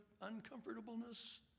uncomfortableness